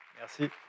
Merci